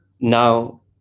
Now